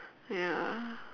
ya